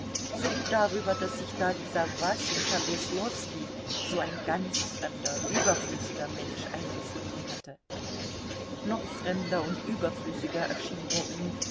sowie darüber daß sich da dieser wasenka weslowski so ein ganz fremder überflüssiger mensch eingefunden hatte noch fremder und überflüssiger erschien er ihm